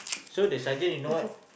so the sergeant you know what